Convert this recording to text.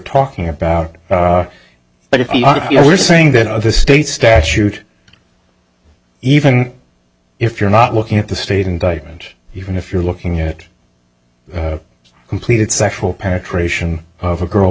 talking about but if you're saying that of the state statute even if you're not looking at the state indictment even if you're looking at it completed sexual penetration of a girl